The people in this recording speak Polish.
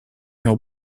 miał